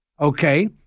okay